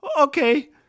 Okay